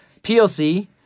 PLC